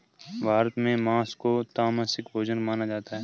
भारत में माँस को तामसिक भोजन माना जाता है